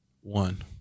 One